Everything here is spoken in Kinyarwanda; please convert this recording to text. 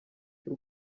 cy’u